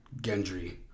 Gendry